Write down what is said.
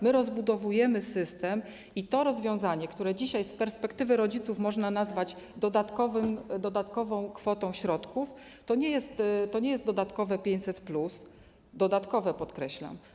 My rozbudowujemy system i to rozwiązanie, które dzisiaj z perspektywy rodziców można nazwać dodatkową kwotą środków, to nie jest dodatkowe 500+, dodatkowe, podkreślam.